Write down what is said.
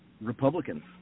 Republicans